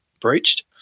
breached